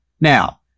Now